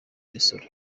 imisoro